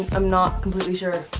i'm, i'm not completely sure.